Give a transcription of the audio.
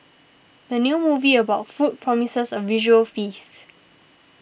the new movie about food promises a visual feast